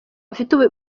bafite